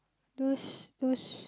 those those